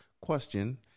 question